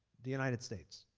the united states.